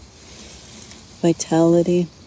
vitality